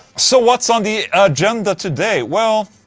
so what's on the agenda today? well.